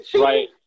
Right